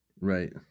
right